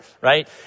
right